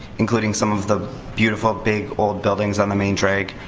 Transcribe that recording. including some of the beautiful, big, old buildings on the main drag.